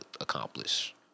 accomplish